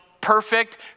perfect